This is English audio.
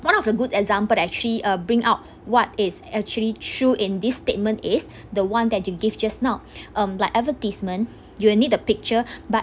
one of the good example actually uh bring out what it's actually true in this statement is the one that you give just now um like advertisement you'll need the picture but